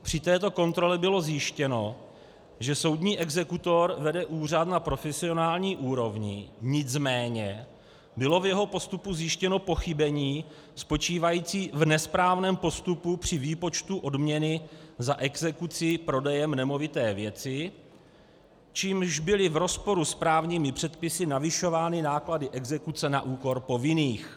Při této kontrole bylo zjištěno, že soudní exekutor vede úřad na profesionální úrovni, nicméně bylo v jeho postupu zjištěno pochybení spočívající v nesprávném postupu při výpočtu odměny za exekuci prodejem nemovité věci, čímž byly v rozporu s právními předpisy navyšovány náklady exekuce na úkor povinných.